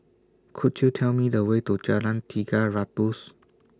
Could YOU Tell Me The Way to Jalan Tiga Ratus